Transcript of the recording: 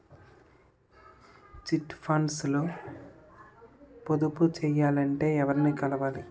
Chit funds లో పొదుపు చేయాలంటే ఎవరిని కలవాలి?